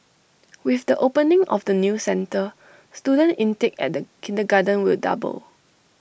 with the opening of the new centre student intake at the kindergarten will double